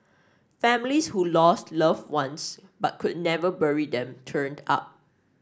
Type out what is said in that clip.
families who lost loved ones but could never bury them turned up